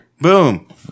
Boom